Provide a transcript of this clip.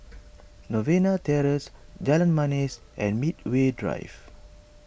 Novena Terrace Jalan Manis and Medway Drive